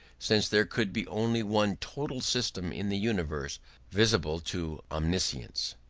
since there could be only one total system in the universe visible to omniscience.